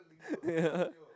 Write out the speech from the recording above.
yeah